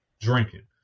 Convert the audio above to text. drinking